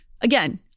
again